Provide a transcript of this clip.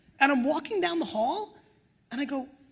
and i'm walking down the hall and i go.